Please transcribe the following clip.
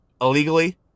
illegally